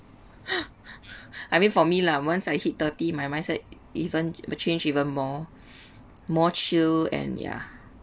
I mean for me lah once I hit thirty my mindset even change even more more chill and yeah